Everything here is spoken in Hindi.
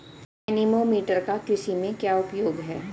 एनीमोमीटर का कृषि में क्या उपयोग है?